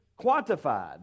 quantified